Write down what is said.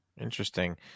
Interesting